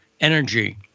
energy